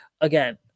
again